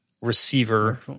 receiver